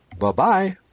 Bye-bye